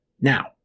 Now